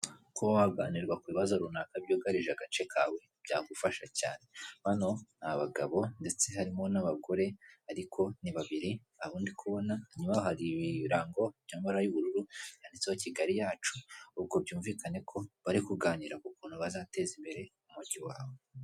Kuba waganirwa ku bibazo runaka byugarije agace kawe ntibyagufasha cyane, bano n'abagabo ndetse harimo n'abagore ariko ni babiri abo ndi kubona naho hari ibirango bya mara y'ubururu yanditseho Kigali yacu ubwo byumvikane ko bari kuganira k'ukuntu bazateza imbere mujyi wabo.